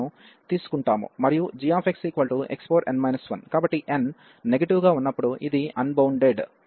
మరియు gxxn 1 కాబట్టి n negative గా ఉన్నప్పుడు ఇది అన్బౌండెడ్ అవుతోంది